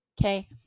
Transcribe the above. Okay